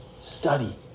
Study